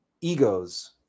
egos